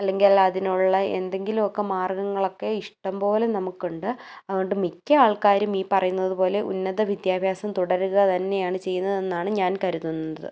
അല്ലെങ്കിൽ അതിനുള്ള എന്തെങ്കിലുമൊക്കെ മാർഗ്ഗങ്ങളൊക്കെ ഇഷ്ടം പോലെ നമുക്കുണ്ട് അതുകൊണ്ട് മിക്ക ആൾക്കാരും ഈ പറയുന്നതു പോലെ ഉന്നത വിദ്യാഭ്യാസം തുടരുക തന്നെയാണ് ചെയ്യുന്നതെന്നാണ് ഞാൻ കരുതുന്നത്